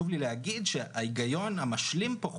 ההיגיון המשלים פה,